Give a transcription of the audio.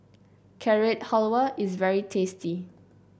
Carrot Halwa is very tasty